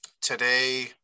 Today